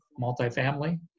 multifamily